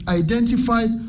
identified